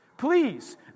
Please